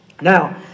Now